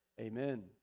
Amen